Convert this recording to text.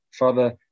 Father